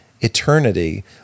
eternity